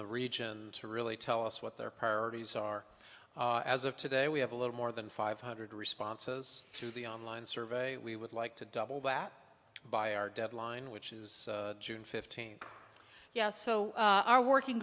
the region to really tell us what their priorities are as of today we have a little more than five hundred responses to the online survey we would like to double that by our deadline which is june fifteenth yes so our working